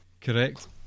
Correct